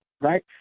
right